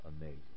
amazing